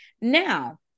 Now